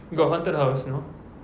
got haunted house no